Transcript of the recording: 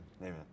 Amen